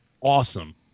awesome